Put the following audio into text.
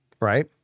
right